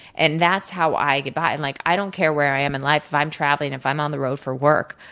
and that's how i get by. and like i don't care where i am in life if i'm traveling, if i'm on the road for work.